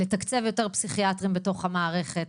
לתקצב יותר פסיכיאטרים בתוך המערכת,